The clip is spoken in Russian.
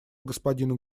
господину